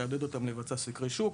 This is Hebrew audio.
לעודד אותם לבצע סקרי שוק